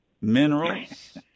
minerals